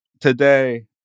today